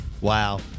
Wow